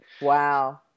Wow